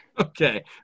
Okay